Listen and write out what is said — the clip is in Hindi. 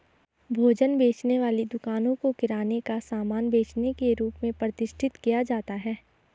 भोजन बेचने वाली दुकानों को किराने का सामान बेचने के रूप में प्रतिष्ठित किया जाता है